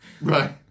Right